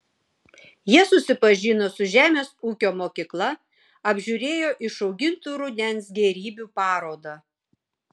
jie susipažino su žemės ūkio mokykla apžiūrėjo išaugintų rudens gėrybių parodą